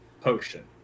potion